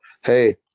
hey